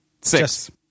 six